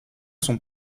son